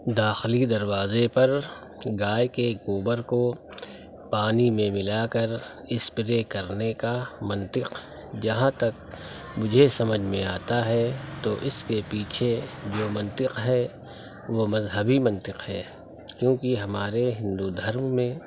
داخلی دروازے پر گائے کے گوبر کو پانی میں ملا کر اسپرے کرنے کا منطق جہاں تک مجھے سمجھ میں آتا ہے تو اِس کے پیچھے جو منطق ہے وہ مذہبی منطق ہے کیوں کہ ہمارے ہندو دھرم میں